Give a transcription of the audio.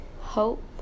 hope